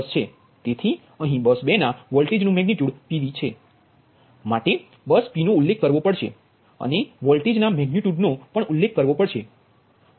તેથી અહીં બસ 2 ના વોલ્ટેજનુ મેગનિટ્યુડ PV છે માટે બસ P નો ઉલ્લેખ કરવો પડશે અને વોલ્ટેજના મેગનિટ્યુડ નો પણ ઉલ્લેખેલ કરવો પડશે